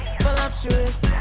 Voluptuous